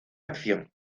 acción